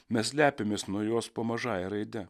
mes slepiamės nuo jos po mažąja raide